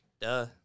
Duh